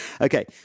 Okay